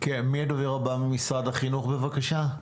מי הדובר הבא ממשרד החינוך בבקשה?